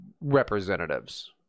Representatives